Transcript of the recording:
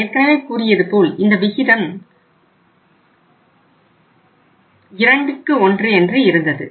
நான் ஏற்கனவே கூறியது போல் இந்த விகிதம் 21 என்று இருந்தது